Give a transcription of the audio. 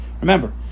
remember